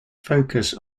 focus